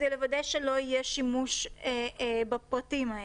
לוודא שלא יהיה שימוש בפרטים האלה.